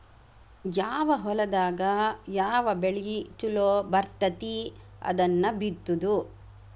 ಯಾವ ಹೊಲದಾಗ ಯಾವ ಬೆಳಿ ಚುಲೊ ಬರ್ತತಿ ಅದನ್ನ ಬಿತ್ತುದು